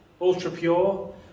ultra-pure